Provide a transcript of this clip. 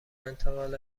انتقال